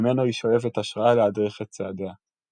ממנו היא שואבת השראה להדריך את צעדיה".